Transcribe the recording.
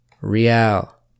Real